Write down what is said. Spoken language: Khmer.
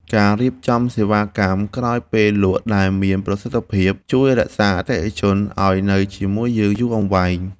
ការរៀបចំសេវាកម្មក្រោយពេលលក់ដែលមានប្រសិទ្ធភាពជួយរក្សាអតិថិជនឱ្យនៅជាមួយយើងយូរអង្វែង។។